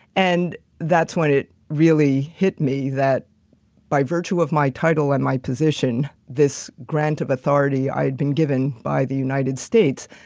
and that's when it really hit me that by virtue of my title and my position, this grant of authority i had been given by the united states,